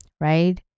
right